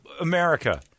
America